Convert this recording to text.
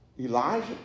Elijah